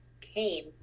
came